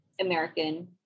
American